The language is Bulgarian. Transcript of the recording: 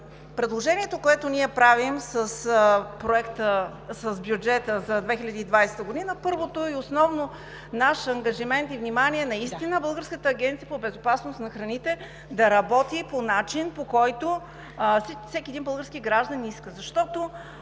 Предложението, което ние правим за бюджета за 2020 г. – първият и основен наш ангажимент и внимание: наистина Българската агенция по безопасност на храните да работи по начин, по който всеки един български гражданин иска.